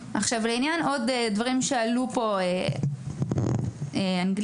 לעניין הדברים הנוספים שעלו פה, אנגלית